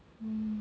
mm